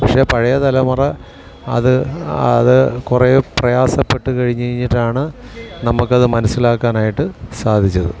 പക്ഷേ പഴയ തലമുറ അത് അത് കുറെ പ്രയാസപ്പെട്ട് കഴിഞ്ഞ് കഴിഞ്ഞിട്ടാണ് നമുക്കത് മനസ്സിലാക്കാനായിട്ട് സാധിച്ചത്